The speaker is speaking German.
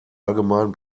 allgemein